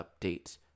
updates